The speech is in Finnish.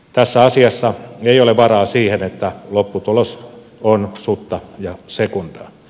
tässä asiassa ei ole varaa siihen että lopputulos on sutta ja sekundaa